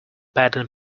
paddling